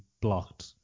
blocked